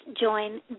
join